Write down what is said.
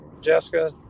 Jessica